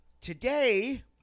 Today